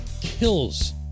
kills